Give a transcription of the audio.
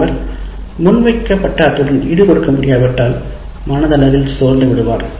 மாணவர் முன்வைக்கப்பட அத்துடன் ஈடு கொடுக்க முடியாவிட்டால் மனதளவில் சோர்ந்து விடுவார்